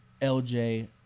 LJ